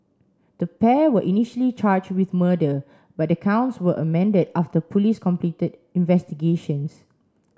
the pair were initially charged with murder but the counts were amended after police completed investigations